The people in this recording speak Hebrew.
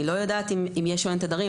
אני לא יודעת אם יש או אין תדרים,